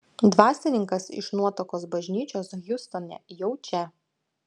dvasininkas iš nuotakos bažnyčios hjustone jau čia